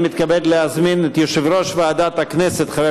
אני מתכבד להזמין את יושב-ראש ועדת הכנסת חבר